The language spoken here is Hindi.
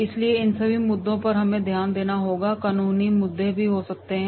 इसलिए इन सभी मुद्दों पर हमें ध्यान देना होगा और कानूनी मुद्दे भी हो सकते हैं